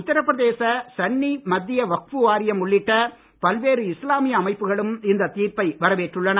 உத்தரப்பிரதேச சுன்னி மத்திய வக்ஃ வாரியம் உள்ளிட்ட பல்வேறு இஸ்லாமிய அமைப்புகளும் இந்த தீர்ப்பை வரவேற்றுள்ளன